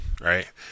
Right